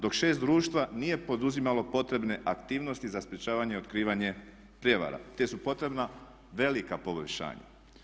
Dok 6 društva nije poduzimalo potrebne aktivnosti za sprječavanje i otkrivanje prijevara te su potrebna velika poboljšanja.